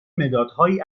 مدادهایی